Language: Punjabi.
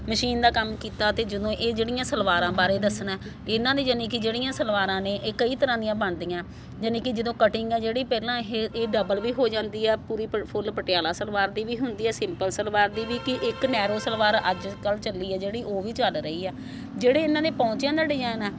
ਮਸ਼ੀਨ ਦਾ ਕੰਮ ਕੀਤਾ ਅਤੇ ਜਦੋਂ ਇਹ ਜਿਹੜੀਆਂ ਸਲਵਾਰਾਂ ਬਾਰੇ ਦੱਸਣਾ ਇਹਨਾਂ ਦੇ ਯਾਨੀ ਕਿ ਜਿਹੜੀਆਂ ਸਲਵਾਰਾਂ ਨੇ ਇਹ ਕਈ ਤਰ੍ਹਾਂ ਦੀਆਂ ਬਣਦੀਆਂ ਯਾਨੀ ਕਿ ਜਦੋਂ ਕਟਿੰਗ ਆ ਜਿਹੜੀ ਪਹਿਲਾਂ ਇਹ ਇਹ ਡਬਲ ਵੀ ਹੋ ਜਾਂਦੀ ਆ ਪੂਰੀ ਪ ਫੁੱਲ ਪਟਿਆਲਾ ਸਲਵਾਰ ਦੀ ਵੀ ਹੁੰਦੀ ਆ ਸਿੰਪਲ ਸਲਵਾਰ ਦੀ ਵੀ ਕਿ ਇੱਕ ਨੈਰੋ ਸਲਵਾਰ ਅੱਜ ਕੱਲ੍ਹ ਚੱਲੀ ਆ ਜਿਹੜੀ ਉਹ ਵੀ ਚੱਲ ਰਹੀ ਆ ਜਿਹੜੇ ਇਹਨਾਂ ਦੇ ਪੌਂਚਿਆਂ ਦਾ ਡਿਜਾਇਨ ਹੈ